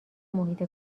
محیط